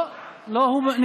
יתר על כן,